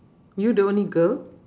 you the only girl